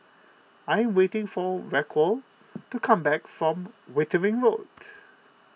I am waiting for Raquel to come back from Wittering Road